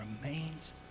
remains